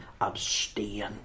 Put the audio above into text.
abstain